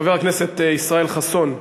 חבר הכנסת ישראל חסון,